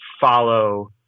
follow